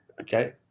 okay